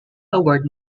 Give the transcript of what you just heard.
award